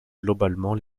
globalement